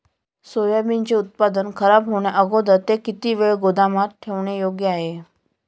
सोयाबीनचे उत्पादन खराब होण्याअगोदर ते किती वेळ गोदामात ठेवणे योग्य आहे?